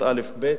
בכיתות א' ב'